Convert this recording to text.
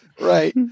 Right